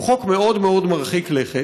הוא חוק מאוד מאוד מרחיק לכת.